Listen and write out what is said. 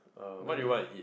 Bedok Mall